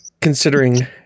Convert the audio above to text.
Considering